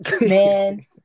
man